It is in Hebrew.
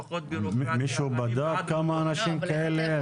מישהו בדק כמה אנשים כאלה?